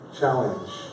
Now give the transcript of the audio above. challenge